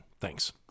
Thanks